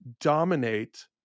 dominate